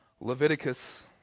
Leviticus